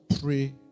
pray